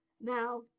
Now